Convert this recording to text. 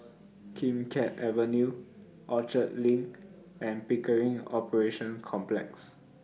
Kim Keat Avenue Orchard LINK and Pickering Operations Complex